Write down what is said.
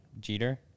Jeter